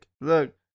Look